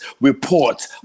Report